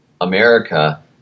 America